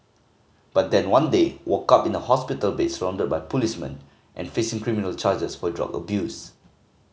but then one day woke up in a hospital bed surrounded by policemen and facing criminal charges for drug abuse